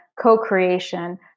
co-creation